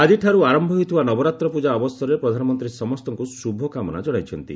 ଆଜିଠାରୁ ଆରମ୍ଭ ହେଉଥିବା ନବରାତ୍ର ପୂଜା ଅବସରରେ ପ୍ରଧାନମନ୍ତ୍ରୀ ସମସ୍ତଙ୍କୁ ଶୁଭକାମନା ଜଣାଇଛନ୍ତି